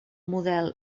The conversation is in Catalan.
model